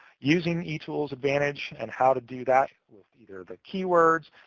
using etools advantage, and how to do that with either the keywords,